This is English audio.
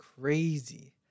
crazy